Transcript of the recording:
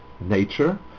nature